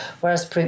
Whereas